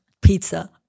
pizza